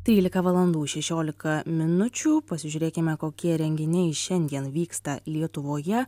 trylika valandų šešiolika minučių pasižiūrėkime kokie renginiai šiandien vyksta lietuvoje